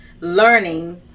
learning